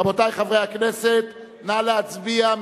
רבותי, חברי הכנסת, נא להצביע.